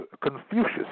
Confucius